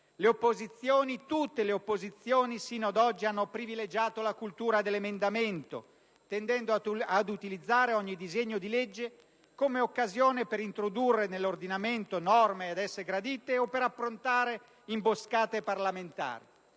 Le opposizioni, tutte le opposizioni, sino ad oggi hanno privilegiato la «cultura dell'emendamento», tendendo ad utilizzare ogni disegno di legge come occasione per introdurre nell'ordinamento norme ad esse gradite o per approntare imboscate parlamentari.